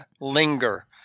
linger